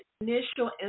initial